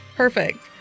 Perfect